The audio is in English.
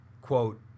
quote